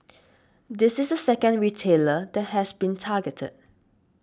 this is the second retailer that has been targeted